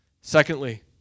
Secondly